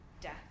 death